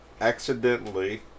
accidentally